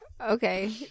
Okay